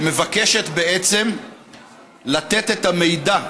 שמבקשת לתת את המידע,